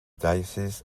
diocese